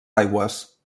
aigües